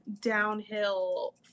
downhill